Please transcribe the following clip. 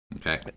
Okay